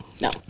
no